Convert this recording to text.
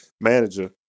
manager